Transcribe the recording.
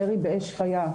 ירי באש חיה,